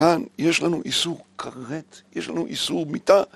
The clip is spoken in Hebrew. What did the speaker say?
כאן, יש לנו איסור כרת, יש לנו איסור מיתה